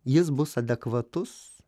jis bus adekvatus